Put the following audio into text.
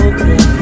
Okay